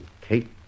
Kate